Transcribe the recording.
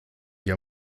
dich